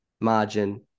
margin